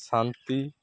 ଶାନ୍ତି